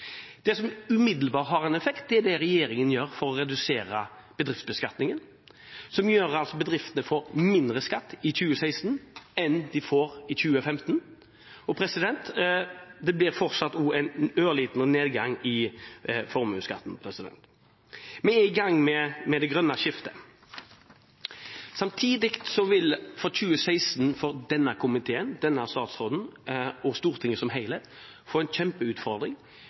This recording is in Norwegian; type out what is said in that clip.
Det som umiddelbart har en effekt, er det regjeringen gjør for å redusere bedriftsbeskatningen, og som gjør at bedriftene får mindre skatt i 2016 enn i 2015. Det blir også en ørliten nedgang i formuesskatten. Vi er i gang med det grønne skiftet. Samtidig vil denne komiteen, nåværende statsråd og Stortinget som helhet i 2016 få en kjempeutfordring